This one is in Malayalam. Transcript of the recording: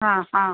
ആ ആ